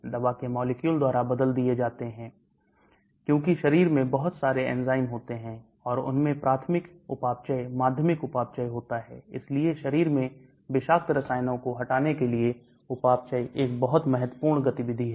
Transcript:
दवा के मॉलिक्यूल द्वारा बदल दिए जाते हैं क्योंकि शरीर में बहुत सारे एंजाइम होते हैं और उनमें प्राथमिक उपापचय माध्यमिक उपापचय होता है इसलिए शरीर में विषाक्त रसायनों को हटाने के लिए उपापचय एक बहुत महत्वपूर्ण गतिविधि है